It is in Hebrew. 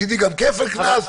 מצידי גם כפל קנס.